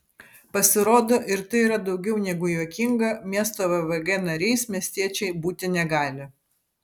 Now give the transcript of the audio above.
pasirodo ir tai yra daugiau negu juokinga miesto vvg nariais miestiečiai būti negali